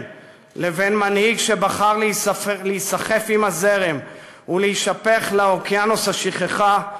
לבין מנהיג שבחר להיסחף עם הזרם ולהישפך לאוקיינוס השכחה,